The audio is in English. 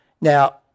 now